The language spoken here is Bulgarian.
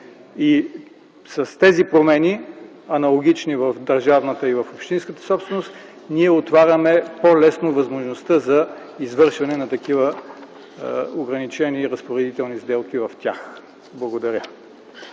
С тези аналогични промени в държавната и в общинската собственост ние отваряме по-лесно възможността за извършване на такива ограничени разпоредителни сделки в тях. Всъщност